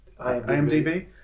IMDb